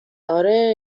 آره